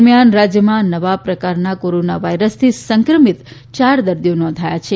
દરમિયાન રાજ્યમાં નવા પ્રકારના કોરોના વાઈરસથી સંક્રમિત ચાર દર્દીઓ નોંધાયા છે